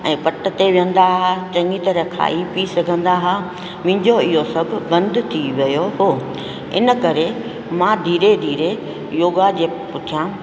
ऐं पट ते वेहंदा हा चङी तरह खाई पी सघंदा हा मुंहिंजो इहो सभु बंदि थी वियो हो इन करे मां धीरे धीरे योगा जे पुठिया